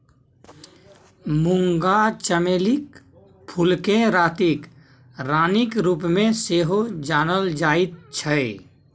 मूंगा चमेलीक फूलकेँ रातिक रानीक रूपमे सेहो जानल जाइत छै